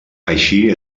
així